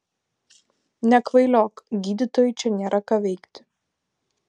nekvailiok gydytojui čia nėra ką veikti